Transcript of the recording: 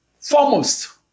Foremost